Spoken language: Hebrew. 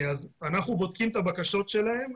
אנחנו בודקים את הבקשות שלהם,